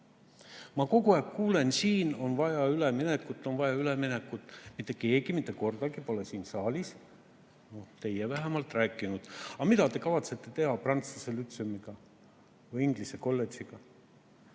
Ma kogu aeg kuulen: siin on vaja üleminekut, on vaja üleminekut! Mitte keegi mitte kordagi pole siin saalis, teie vähemalt, rääkinud, aga mida te kavatsete teha prantsuse lütseumi või inglise kolledžiga?